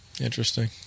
Interesting